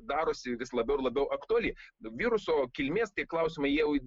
darosi vis labiau ir labiau aktuali viruso kilmės tai klausimai jau